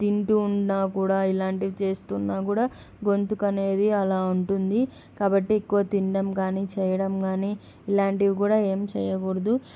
తింటూ ఉన్నా కూడా ఇలాంటివి చేస్తున్నా కూడా గొంతుక అనేది అలా ఉంటుంది కాబట్టి ఎక్కువ తినడం కానీ చేయడం కానీ ఇలాంటివి కూడా ఏం చేయకూడదు